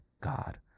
God